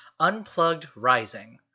UnpluggedRising